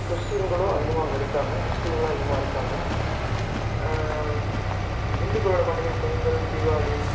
கிறிஸ்டின்களும் அங்கே இருக்காங்க முஸ்லீம்களும் அதிகமாயிருக்காங்க இந்துக்களோட பண்டிகைகள் பொங்கல் தீபாவளி